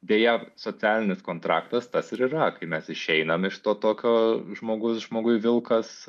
deja socialinis kontraktas tas ir yra kai mes išeinam iš to tokio žmogus žmogui vilkas